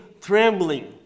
trembling